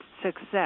Success